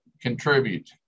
contribute